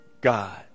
God